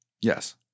Yes